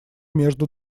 между